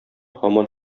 һаман